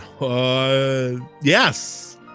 Yes